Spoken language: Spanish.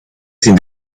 sin